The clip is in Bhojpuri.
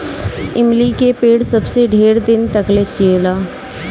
इमली के पेड़ सबसे ढेर दिन तकले जिएला